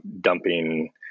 dumping